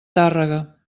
tàrrega